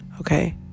Okay